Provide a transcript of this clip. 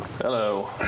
Hello